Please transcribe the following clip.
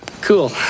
Cool